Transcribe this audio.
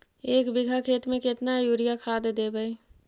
एक बिघा खेत में केतना युरिया खाद देवै?